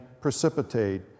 precipitate